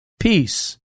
peace